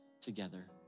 together